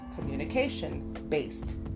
communication-based